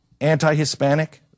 anti-Hispanic